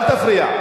אל תפריע.